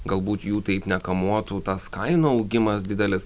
galbūt jų taip nekamuotų tas kainų augimas didelis